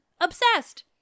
Obsessed